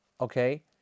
okay